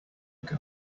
ago